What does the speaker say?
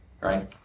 right